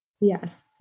Yes